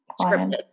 Scripted